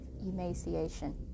emaciation